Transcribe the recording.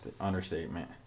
understatement